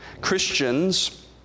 Christians